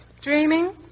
Dreaming